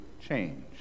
change